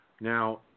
Now